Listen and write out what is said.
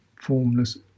formless